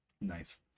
Nice